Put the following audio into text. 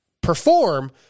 perform